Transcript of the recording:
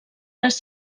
les